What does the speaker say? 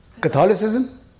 Catholicism